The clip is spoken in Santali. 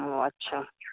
ᱚᱸᱻ ᱟᱪᱪᱷᱟ